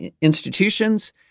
institutions